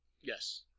Yes